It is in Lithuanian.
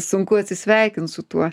sunku atsisveikint su tuo